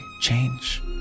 change